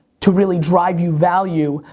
to really drive you value,